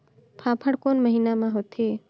फाफण कोन महीना म होथे?